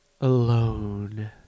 Alone